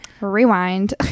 rewind